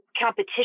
competition